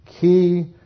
Key